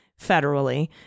federally